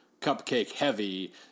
cupcake-heavy